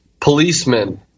policemen